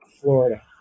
Florida